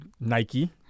Nike